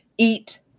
eat